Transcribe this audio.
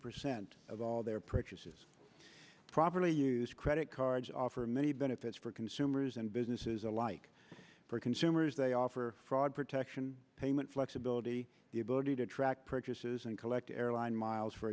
percent of all their purchases properly used credit cards offer many benefits for consumers and businesses alike for consumers they offer fraud protection payment flexibility the ability to track purchases and collect airline miles for